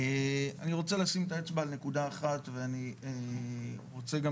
אני רוצה לשים את האצבע על נקודה אחת ואני רוצה גם